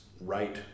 right